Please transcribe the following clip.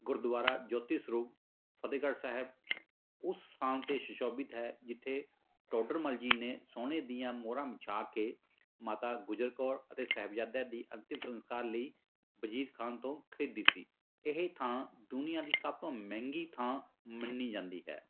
ਗੁਰਦੁਆਰਾ ਜੋਤੀ ਸਰੂਪ ਫਤਿਹਗੜ੍ਹ ਸਾਹਿਬ ਉਸ ਸਥਾਨ 'ਤੇ ਸੁਸ਼ੋਭਿਤ ਹੈ ਜਿੱਥੇ ਟੋਡਰਮੱਲ ਜੀ ਨੇ ਸੋਨੇ ਦੀਆਂ ਮੋਹਰਾਂ ਵਿਛਾ ਕੇ ਮਾਤਾ ਗੁਜਰ ਕੌਰ ਅਤੇ ਸਾਹਿਬਜ਼ਾਦਿਆਂ ਦੀ ਅੰਤਿਮ ਸੰਸਕਾਰ ਲਈ ਵਜ਼ੀਰ ਖਾਂ ਤੋਂ ਖਰੀਦੀ ਸੀ ਇਹ ਥਾਂ ਦੁਨੀਆ ਦੀ ਸਭ ਤੋਂ ਮਹਿੰਗੀ ਥਾਂ ਮੰਨੀ ਜਾਂਦੀ ਹੈ